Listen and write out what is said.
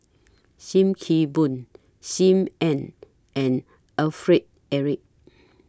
SIM Kee Boon SIM Ann and Alfred Eric